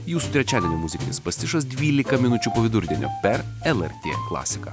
jūsų trečiadienio muzikinis pastišas dvylika minučių po vidurdienio per lrt klasiką